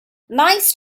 nice